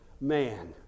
man